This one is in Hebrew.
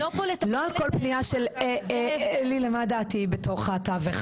לא על כל פנייה של אלי למד"א את תהיי בתוך הטווח.